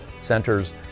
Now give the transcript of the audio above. centers